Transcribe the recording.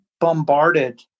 bombarded